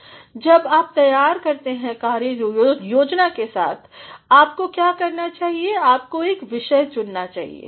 अब जब आप तैयार हैं कार्य योजना के साथ आपको क्या करना चाहिए आपको एक विषय चुनना चाहिए